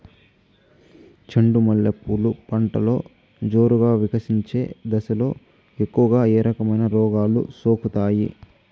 చెండు మల్లె పూలు పంటలో జోరుగా వికసించే దశలో ఎక్కువగా ఏ రకమైన రోగాలు సోకుతాయి?